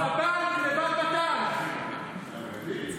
תודה רבה.